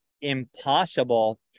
impossible